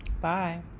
Bye